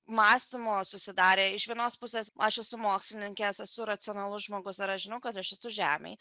mąstymo susidarė iš vienos pusės aš esu mokslininkė esu racionalus žmogus ir aš žinau kad aš esu žemėj